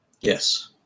Yes